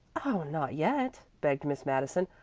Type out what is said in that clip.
oh, not yet, begged miss madison.